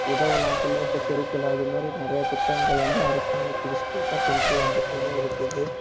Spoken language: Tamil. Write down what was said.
உதவலாம் செல்வத்தை பெருக்கலாம் இது மாதிரி நிறைய திட்டங்கள் வந்து அரசாங்கம் புதுசு புதுசா கொண்டுட்டு வந்துகிட்டே தான் இருக்குது